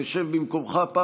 תשב במקומך.